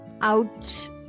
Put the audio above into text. Ouch